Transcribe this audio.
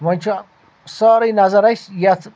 وٕنۍ چھُ سٲری َنظر اَسہِ یَتھ